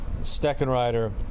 Steckenrider